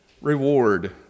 reward